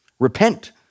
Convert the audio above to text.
Repent